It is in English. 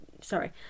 sorry